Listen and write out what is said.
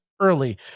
early